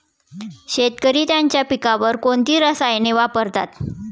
शेतकरी त्यांच्या पिकांवर कोणती रसायने वापरतात?